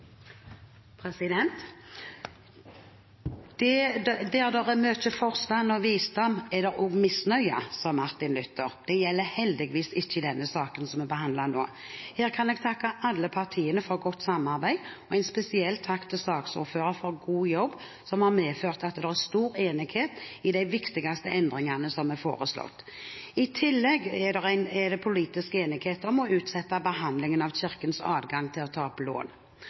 det er mye forstand og visdom, er det også mye misnøye», sa Martin Luther. Det gjelder heldigvis ikke i den saken som vi behandler nå. Her kan jeg takke alle partiene for godt samarbeid. En spesiell takk til saksordføreren for god jobb, som har medført at det er stor enighet om de viktigste endringene som er foreslått. I tillegg er det politisk enighet om å utsette behandlingen av Kirkens adgang til å ta opp lån.